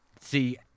see